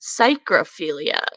psychrophilia